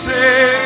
Say